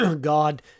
God